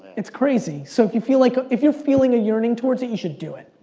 it's crazy. so if you feel like, if you're feeling a yearning towards it, you should do it.